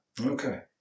Okay